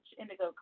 indigo